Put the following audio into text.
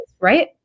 Right